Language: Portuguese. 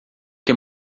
que